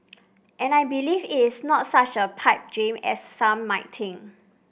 and I believe it's not such a pipe dream as some might think